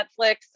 Netflix